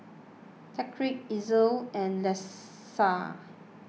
Tyreek Elzie and Lissa